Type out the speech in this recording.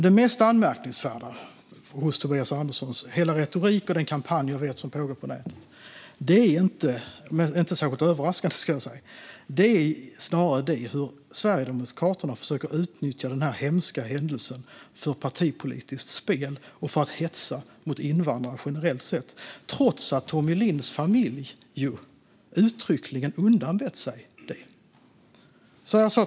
Det mest anmärkningsvärda i Tobias Anderssons retorik och den kampanj som jag vet pågår på nätet är snarare, vilket inte är särskilt överraskande, hur Sverigedemokraterna försöker utnyttja denna hemska händelse för partipolitiskt spel och för att hetsa mot invandrare generellt sett, trots att Tommie Lindhs familj uttryckligen undanbett sig det.